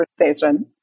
conversation